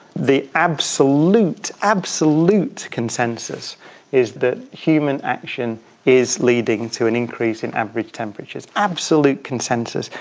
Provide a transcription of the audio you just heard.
the absolute, absolute consensus is that human action is leading to an increase in average temperatures, absolute consensus.